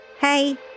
hey